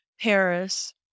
Paris